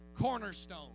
cornerstone